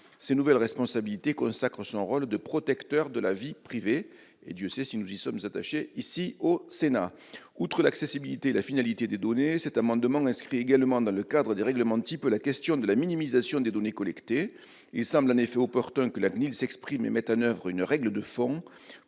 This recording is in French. Ces nouvelles responsabilités consacrent son rôle de protecteur de la vie privée. Et Dieu sait si nous y sommes attachés au Sénat ! Outre l'accessibilité et la finalité des données, cet amendement vise à inscrire également dans le cadre des règlements types la question de la minimisation des données collectées. Il semble en effet opportun que la CNIL s'exprime et mette en oeuvre une règle de fond